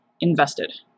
invested